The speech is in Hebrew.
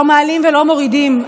לא מעלים ולא מורידים.